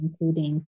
including